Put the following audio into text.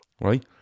right